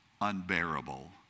unbearable